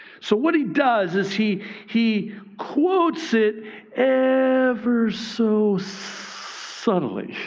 so what he does is he he quotes it ever so subtly.